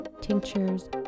tinctures